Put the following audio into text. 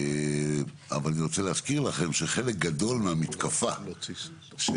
אבל אני רוצה להזכיר לכם שחלק גדול מהמתקפה שהובלה